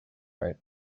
right